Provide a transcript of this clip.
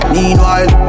Meanwhile